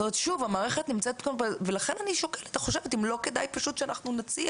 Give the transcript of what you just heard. זאת אומרת, לכן אני חושבת שאם לא כדאי שפשוט נציע